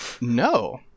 No